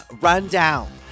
rundown